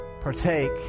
partake